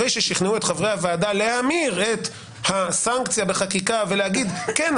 אחרי ששכנעו את חברי הוועדה להמיר את הסנקציה בחקיקה ולהגיד: כן,